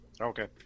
Okay